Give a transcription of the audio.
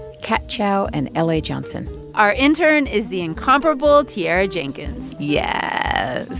kat chow and l a. johnson our intern is the incomparable tiara jenkins yeah